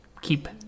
Keep